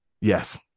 Yes